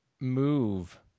move